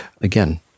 Again